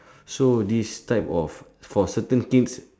so this type of for certain things